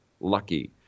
lucky